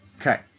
Okay